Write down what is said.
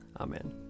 Amen